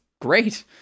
great